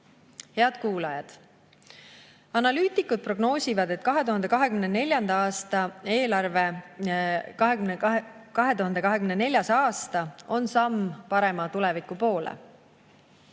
Head kuulajad! Analüütikud prognoosivad, et 2024. aasta on samm parema tuleviku poole.